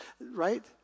right